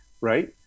Right